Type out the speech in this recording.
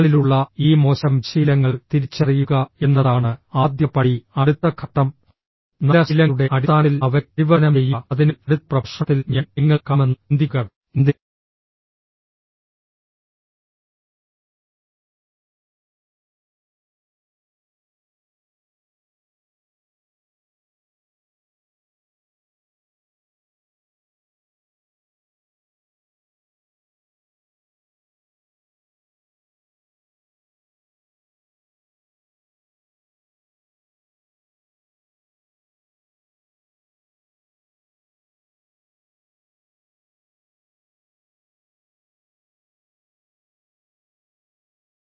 നിങ്ങളിലുള്ള ഈ മോശം ശീലങ്ങൾ തിരിച്ചറിയുക എന്നതാണ് ആദ്യ പടി അടുത്ത ഘട്ടം നല്ല ശീലങ്ങളുടെ അടിസ്ഥാനത്തിൽ അവരെ പരിവർത്തനം ചെയ്യുക അതിനാൽ അടുത്ത പ്രഭാഷണത്തിൽ ഞാൻ നിങ്ങളെ കാണുമെന്ന് ചിന്തിക്കുക